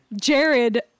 Jared